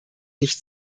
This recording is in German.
nicht